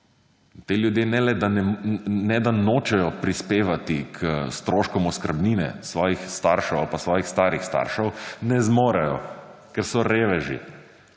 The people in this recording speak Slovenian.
ti ljudje, ne le, da ne, ne, da nočejo prispevati k stroškom oskrbnine svojih staršev ali pa svojih starih staršev, ne zmorejo, ker so reveži,